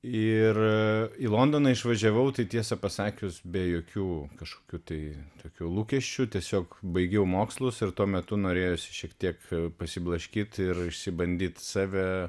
ir į londoną išvažiavau tai tiesą pasakius be jokių kažkokių tai tokių lūkesčių tiesiog baigiau mokslus ir tuo metu norėjosi šiek tiek prasiblaškyti ir išsibandyti save